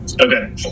okay